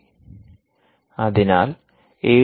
C അതിനാൽ A